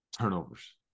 turnovers